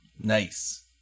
Nice